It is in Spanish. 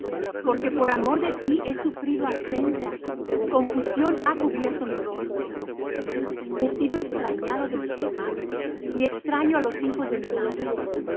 porque por amor de ti he sufrido afrenta confusión ha cubierto mi rostro he sido extrañado de mis hermanos y extraño á los hijos de mi madre